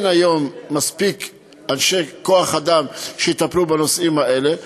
מספיק כוח-אדם שיטפל בנושאים האלה.